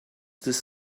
this